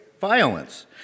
violence